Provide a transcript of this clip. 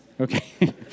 Okay